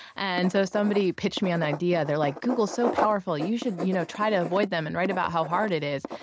and so somebody pitched me on the idea, they're like, google's so powerful, you should you know try to avoid them and write about how hard it is.